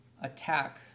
attack